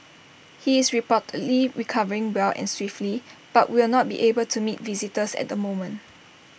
he is reportedly recovering well and swiftly but will not be able to meet visitors at the moment